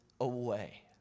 away